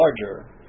larger